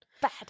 bad